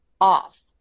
off